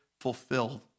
fulfilled